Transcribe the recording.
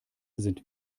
sind